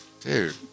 Dude